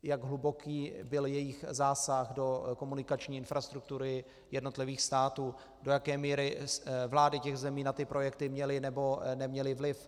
Jak hluboký byl jejich zásah do komunikační infrastruktury jednotlivých států, do jaké míry vlády těch zemí na ty projekty měly, nebo neměly vliv.